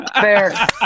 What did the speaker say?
fair